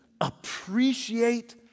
appreciate